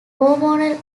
hormonal